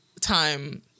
time